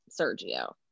sergio